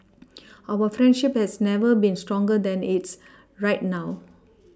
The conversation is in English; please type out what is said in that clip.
our friendship has never been stronger than it's right now